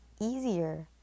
easier